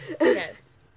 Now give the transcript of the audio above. Yes